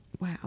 Wow